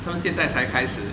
他们现在才开始